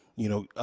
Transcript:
you know,